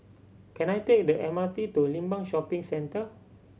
can I take the M R T to Limbang Shopping Centre